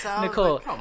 Nicole